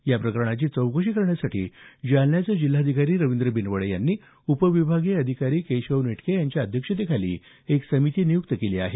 या प्रकरणाची चौकशी करण्यासाठी जालन्याचे जिल्हाधिकारी रवींद्र बिनवडे यांनी उपविभागीय अधिकारी केशव नेटके यांच्या अध्यक्षतेखाली एक समिती नियुक्त केली आहे